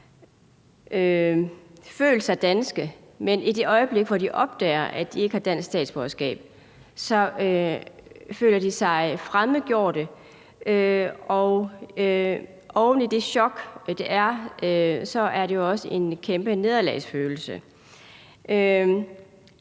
følt sig danske, men at de i det øjeblik, hvor de opdager, at de ikke har dansk statsborgerskab, føler sig fremmedgjorte, og oven i det chok, det er, er det jo også en kæmpe nederlagsfølelse.